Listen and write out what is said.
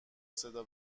صدا